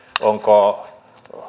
onko